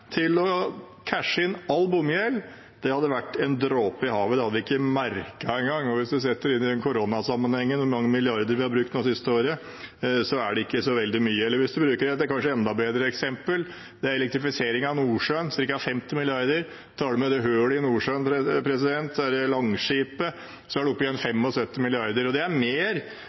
til å cashe inn all bompengegjeld, hadde vært en dråpe i havet. Vi hadde ikke merket det engang. Når vi setter det inn i koronasammenheng, hvor mange milliarder vi har brukt det siste året, er det ikke så veldig mye. Eller man kan bruker et kanskje enda bedre eksempel: Elektrifisering av Nordsjøen, ca. 50 mrd. kr: Tar man med hullet i Nordsjøen, Langskip, er man oppe i 75 mrd. kr. Det er mer enn forslaget om å fjerne alle bomstasjoner vi har i dag i Norge. Det